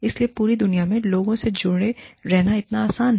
इसलिए पूरी दुनिया में लोगों से जुड़े रहना इतना आसान है